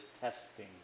testing